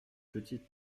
petites